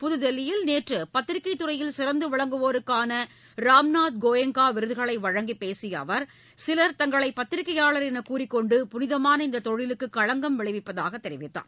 புதுதில்லியில் நேற்று பத்திரிக்கைத் துறையில் சிறந்து விளங்குவோருக்கான ராம்நாத் கோயங்கா விருதுகளை வழங்கி பேசிய அவர் சிலர் தங்களை பத்திரிக்கையாளர் என்று கூறிக்கொண்டு புனிதமான இந்த தொழிலுக்கு களங்கம் விளைவிப்பதாக தெரிவித்தார்